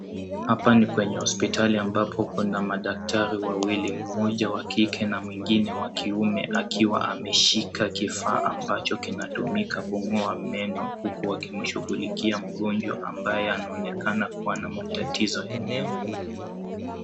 Hapa ni kwenye hospitali ambapo kuna madaktari wawili, mmoja wa kike na mwingine wa kiume, akiwa ameshika kifaa ambacho kinatumika kung'oa meno, huku wakimshughulikia mgonjwa ambaye anaonekana kuwa na matatizo ya meno.